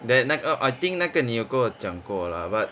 that 那个 I think 那个你有跟我讲过 lah but